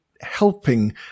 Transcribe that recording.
helping